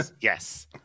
yes